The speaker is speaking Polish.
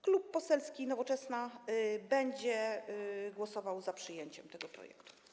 Klub Poselski Nowoczesna będzie głosował za przyjęciem tego projektu.